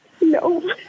No